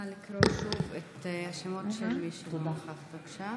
נא לקרוא שוב את השמות של מי שלא נכח, בבקשה.